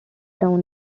down